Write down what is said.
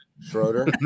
Schroeder